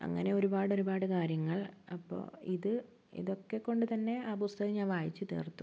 അങ്ങനെ ഒരുപാട് ഒരുപാട് കാര്യങ്ങൾ അപ്പോൾ ഇത് ഇതൊക്കെ കൊണ്ട് തന്നെ ആ പുസ്തകം ഞാൻ വായിച്ച് തീർത്തു